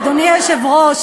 אדוני היושב-ראש,